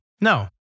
No